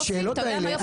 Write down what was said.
אתה יודע מה היופי?